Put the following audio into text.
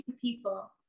people